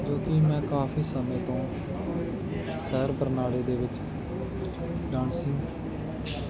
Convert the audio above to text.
ਜੋ ਕਿ ਮੈਂ ਕਾਫੀ ਸਮੇਂ ਤੋਂ ਸ਼ਹਿਰ ਬਰਨਾਲੇ ਦੇ ਵਿੱਚ ਡਾਂਸਿੰਗ